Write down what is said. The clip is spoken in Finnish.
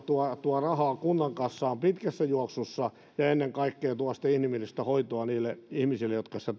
tuo tuo rahaa kunnan kassaan pitkässä juoksussa ja ennen kaikkea tuo sitä inhimillistä hoitoa niille ihmisille jotka sitä